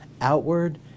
outward